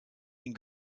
den